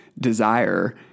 desire